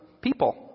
people